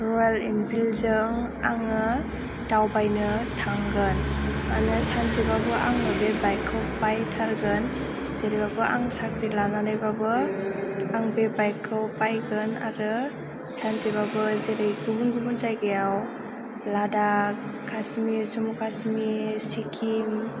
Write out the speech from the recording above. रयेन एनफिलजों आङो दावबायनो थांगोन माने सानसेबाबो आङो बे बाइकखौ बायथारगोन जेरैबाबो आं साख्रि लानानैबाबो आं बे बाइकखौ बायगोन आरो सानसेबाबो जेरै गुबुन गुबुन जायगायाव लादाख काश्मिर सिक्किम